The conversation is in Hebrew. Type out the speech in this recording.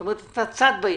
כלומר אתה צד בעניין.